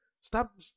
Stop